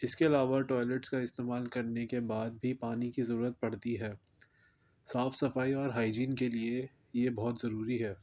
اس کے علاوہ ٹوائلیٹس کا استعمال کرنے کے بعد بھی پانی کی ضرورت پڑتی ہے صاف صفائی اور ہائجین کے لیے یہ بہت ضروری ہے